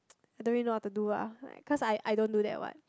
don't really know what to do ah cause I I don't do that what